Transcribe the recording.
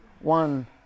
One